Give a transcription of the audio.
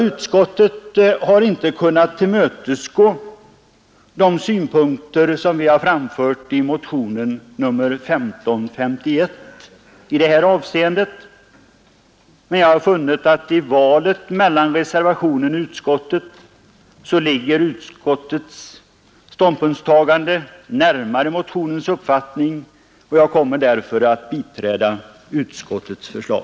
Utskottet har inte kunnat tillmötesgå de synpunkter som vi har framfört i motionen 1551 i det här avseendet, men i valet mellan reservationen och utskottet har jag funnit att utskottets ståndpunktstagande ligger närmare motionens uppfattning och jag kommer därför att biträda utskottets förslag.